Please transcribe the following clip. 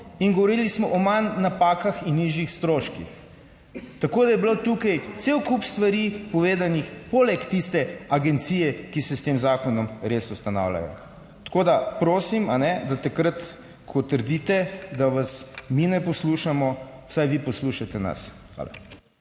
in govorili smo o manj napakah in nižjih stroških. Tako da je bilo tukaj cel kup stvari povedanih poleg tiste agencije, ki se s tem zakonom res ustanavljajo. Tako da prosim, da takrat, ko trdite, da vas mi ne poslušamo, vsaj vi poslušate nas. Hvala.